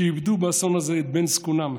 שאיבדו באסון הזה את בן זקונם,